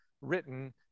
written